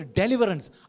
deliverance